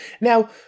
Now